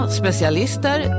specialister